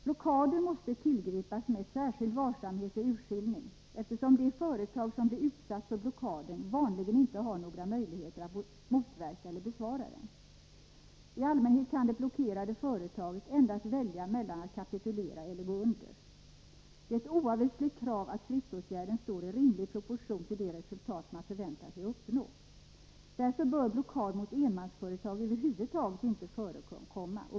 Blockader måste tillgripas med särskild varsamhet och urskiljning, eftersom det företag som blir utsatt för blockaden vanligen inte har några möjligheter att motverka eller besvara den. I allmänhet kan det blockerade företaget endast välja mellan att kapitulera eller att gå under. Det är ett oavvisligt krav att stridsåtgärden står i rimlig proportion till det resultat man förväntar sig. Därför bör blockad mot enmansföretag över huvud taget inte förekomma.